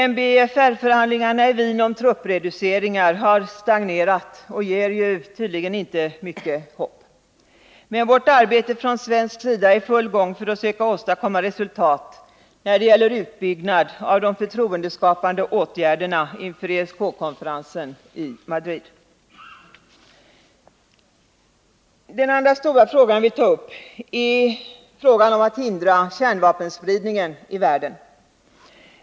MBFR-förhandlingarna i Wien om truppreduceringar har stagnerat och ger tydligen inte mycket hopp. Men vårt arbete från svensk sida är i full gång för att söka åstadkomma resultat när det gäller utbyggnad av de förtroendeskapande åtgärderna inför ESK-konferensen i Madrid. Den andra stora fråga som jag vill ta upp är försöken att hindra kärnvapenspridningen i världen.